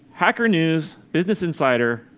hacker news, business insider,